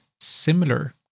similar